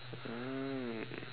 mm